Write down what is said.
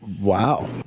Wow